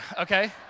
okay